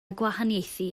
gwahaniaethu